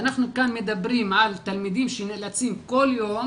ואנחנו כאן מדברים על תלמידים שנאלצים כל יום